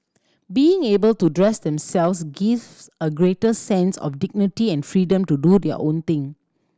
being able to dress themselves gives a greater sense of dignity and freedom to do their own thing